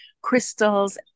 crystals